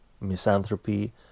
misanthropy